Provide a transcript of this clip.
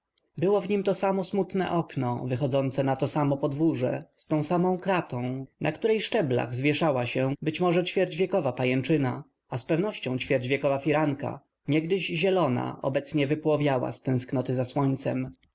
było w nim to same smutne okno wychodzące na to samo podwórze z tą samą kratą na której szczeblach zwieszała się być może ćwierćwiekowa pajęczyna a zpewnością ćwierćwiekowa firanka niegdyś zielona obecnie wypłowiała z tęsknoty za słońcem